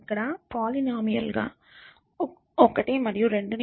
ఇక్కడ పోలీనోమియల్ లుగా 12 ని ఇస్తున్నాను